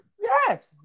Yes